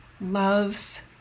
loves